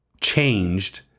changed